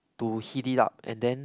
to heat it up and then